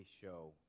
show